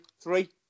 three